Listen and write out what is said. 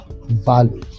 value